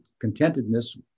contentedness